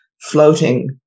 floating